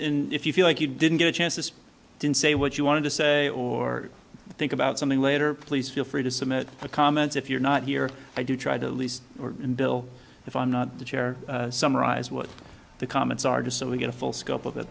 in if you feel like you didn't get a chance this didn't say what you wanted to say or think about something later please feel free to submit a comment if you're not here i do try to lease and bill if i'm not the chair summarize what the comments are just so we get a full scope of it